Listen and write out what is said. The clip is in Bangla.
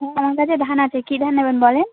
আমার কাছে ধান আছে কি ধান নেবেন বলেন